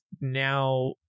now